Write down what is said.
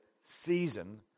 season